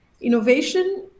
innovation